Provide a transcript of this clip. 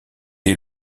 est